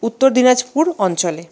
উত্তর দিনাজপুর অঞ্চলে